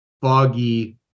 foggy